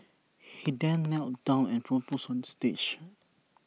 he then knelt down and proposed on stage